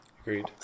Agreed